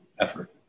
effort